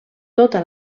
tota